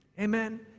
amen